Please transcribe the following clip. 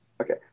Okay